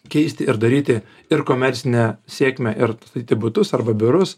keisti ir daryti ir komercinę sėkmę ir statyti butus arba biurus